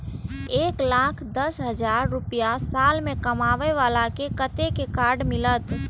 एक लाख दस हजार रुपया साल में कमाबै बाला के कतेक के कार्ड मिलत?